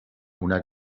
una